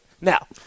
now